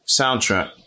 soundtrack